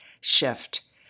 shift